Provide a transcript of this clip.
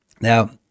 Now